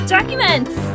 Documents